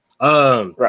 Right